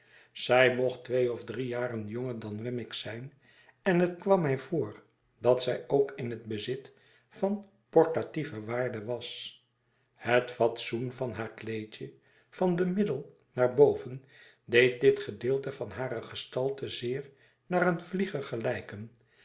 zij mocht twee of driejaren jonger dan wemmick zijn en het kwam mij voor dat zij ook in het bezit van portatieve waarde was het fatsoen van haar kleedje van de middel naar boven deed dit gedeelte van hare gestalte zeer naar een vlieger gelijken